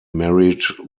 married